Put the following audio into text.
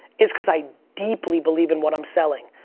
is cause i deeply believe in what i'm selling.